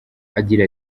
agira